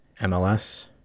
MLS